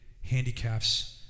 handicaps